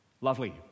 Lovely